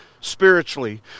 spiritually